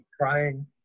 crying